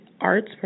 arts